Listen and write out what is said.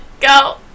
go